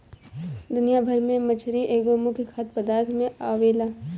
दुनिया भर में मछरी एगो मुख्य खाद्य पदार्थ में आवेला